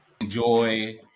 enjoy